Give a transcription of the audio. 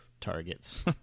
targets